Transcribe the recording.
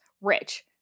Rich